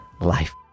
life